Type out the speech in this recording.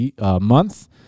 month